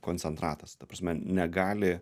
koncentratas ta prasme negali